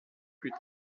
plus